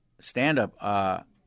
stand-up